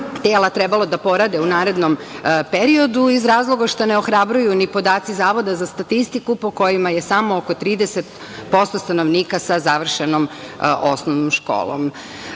tela trebalo da porade u narednom periodu, iz razloga što ne ohrabruju ni podaci Zavoda za statistiku, po kojima je samo oko 30% stanovnika sa završenom osnovnom